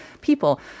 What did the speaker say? people